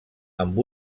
amb